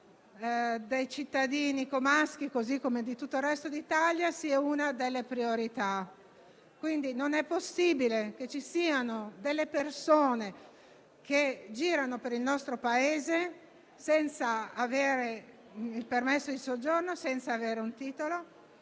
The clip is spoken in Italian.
dei cittadini comaschi, così come quella di tutto il resto d'Italia, sia una delle priorità. Non è possibile che ci siano delle persone che girano per il nostro Paese senza avere il permesso di soggiorno, senza avere un titolo